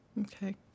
Okay